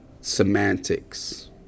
semantics